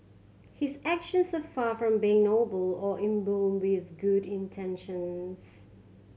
his actions are far from being noble or imbued with good intentions